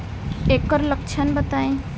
एकर लक्षण बताई?